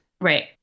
Right